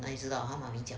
哪里知道他 mummy 讲